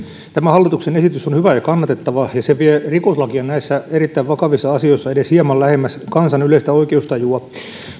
tämä hallituksen esitys on hyvä ja kannatettava ja se vie rikoslakia näissä erittäin vakavissa asioissa edes hieman lähemmäs kansan yleistä oikeustajua